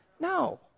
No